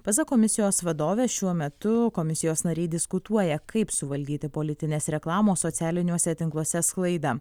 pasak komisijos vadovės šiuo metu komisijos nariai diskutuoja kaip suvaldyti politinės reklamos socialiniuose tinkluose sklaidą